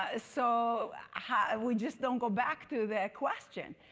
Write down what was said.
ah so ah and we just don't go back to that question.